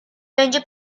będzie